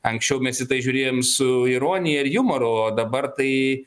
anksčiau mes į tai žiūrėjom su ironija ir jumoru o dabar tai